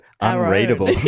unreadable